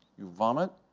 you vomit,